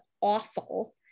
awful